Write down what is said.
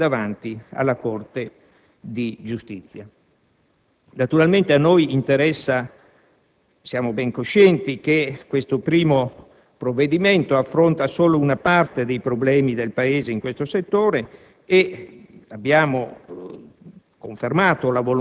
che ormai erano giunte davanti alla Corte di giustizia. Naturalmente, siamo ben coscienti che questo primo provvedimento affronta solo una parte dei problemi del Paese in questo settore e abbiamo